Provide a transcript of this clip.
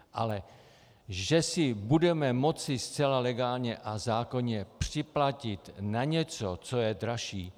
Ale že si budeme moci zcela legálně a zákonně připlatit na něco, co je dražší...